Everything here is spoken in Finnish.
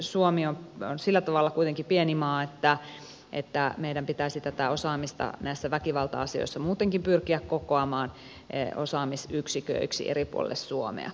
suomi on kuitenkin sillä tavalla pieni maa että meidän pitäisi tätä osaamista näissä väkivalta asioissa muutenkin pyrkiä kokoamaan osaamisyksiköiksi eri puolille suomea